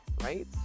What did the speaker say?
right